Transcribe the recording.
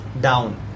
down